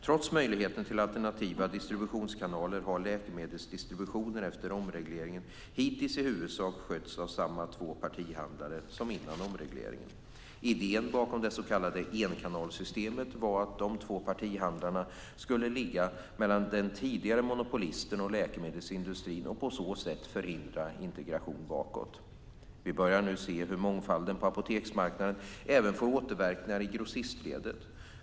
Trots möjligheten till alternativa distributionskanaler har läkemedelsdistributionen efter omregleringen hitintills i huvudsak skötts av samma två partihandlare som före omregleringen. Idén bakom det så kallade enkanalssystemet var att de två partihandlarna skulle ligga mellan den tidigare monopolisten och läkemedelsindustrin och på så sätt förhindra integration bakåt. Vi börjar nu se hur mångfalden på apoteksmarknaden även får återverkningar på grossistledet.